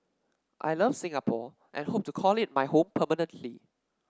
I love Singapore and hope to call it my home permanently